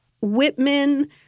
Whitman